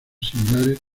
similares